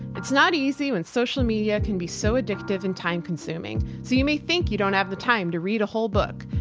it's not easy when social media can be so addictive and time consuming. so you may think you don't have the time to read a whole book.